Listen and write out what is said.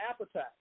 appetite